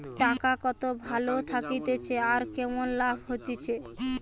টাকা কত ভালো থাকতিছে আর কেমন লাভ হতিছে